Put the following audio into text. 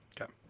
Okay